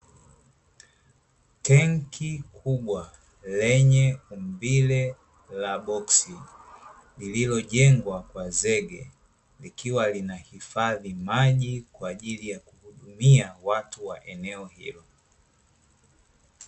Tenki kubwa lenye umbile la boksi, lililojengwa kwa zege, likiwa linahifadhi maji, kwa ajili ya kutumia watu wa eneo hilo.